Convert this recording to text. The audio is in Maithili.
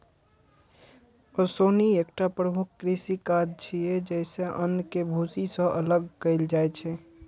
ओसौनी एकटा प्रमुख कृषि काज छियै, जइसे अन्न कें भूसी सं अलग कैल जाइ छै